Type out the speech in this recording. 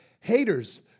haters